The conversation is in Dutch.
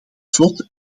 slot